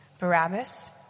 Barabbas